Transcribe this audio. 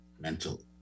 mental